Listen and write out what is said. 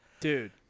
Dude